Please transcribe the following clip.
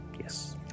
Yes